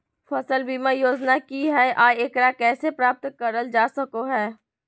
फसल बीमा योजना की हय आ एकरा कैसे प्राप्त करल जा सकों हय?